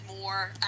more